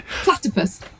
platypus